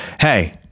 Hey